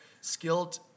skilled